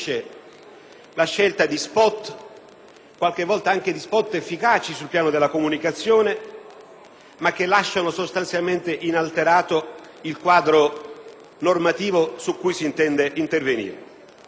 quella degli *spot*, qualche volta anche efficaci sul piano della comunicazione, ma che lasciano sostanzialmente inalterato il quadro normativo su cui si intende intervenire.